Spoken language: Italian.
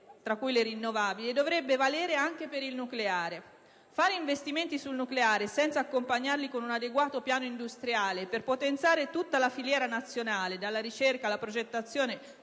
tra cui le rinnovabili, e dovrebbe valere anche per il nucleare. Fare investimenti sul nucleare senza accompagnarli con un adeguato piano industriale per potenziare tutta la filiera nazionale, dalla ricerca alla progettazione,